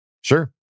sure